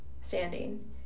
standing